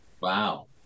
Wow